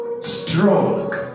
strong